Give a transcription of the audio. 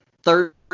Third